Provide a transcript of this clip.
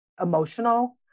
emotional